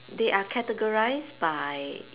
they are categorised by